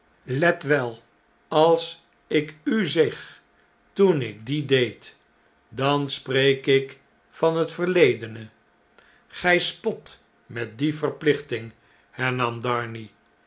let wel als ik u zeg toen ik dien deed dan spreek ik van het verledene gn spot met die verplichting hernam darnay